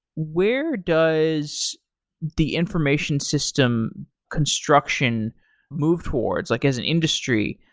where does the information system construction move towards, like as an industry,